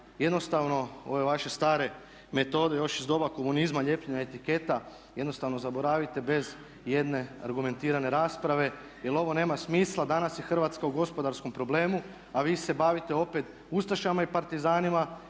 jednostavno ove vaše stare metode još iz doba komunizma lijepljenja etiketa jednostavno zaboravite bez jedne argumentirane rasprave jer ovo nema smisla. Danas je Hrvatska u gospodarskom problemu a vi se bavite opet ustašama i partizanima,